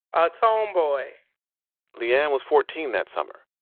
ah tomboy le-ann was fourteen that summer.